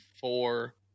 four